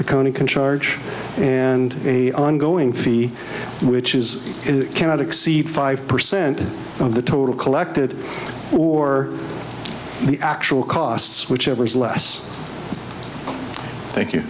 the county can charge and a ongoing fee which is it cannot exceed five percent of the total collected or the actual costs whichever is less thank you